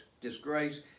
disgrace